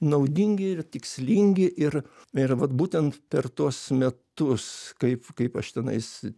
naudingi ir tikslingi ir ir vat būtent per tuos metus taip kaip aš tenais